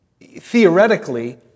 theoretically